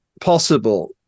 possible